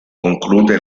conclude